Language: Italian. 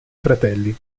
fratelli